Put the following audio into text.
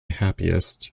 happiest